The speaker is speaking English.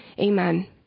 Amen